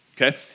okay